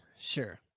Sure